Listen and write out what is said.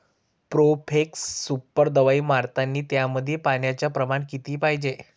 Profex super दवाई मारतानी त्यामंदी पान्याचं प्रमाण किती पायजे?